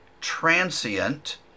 transient